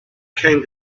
came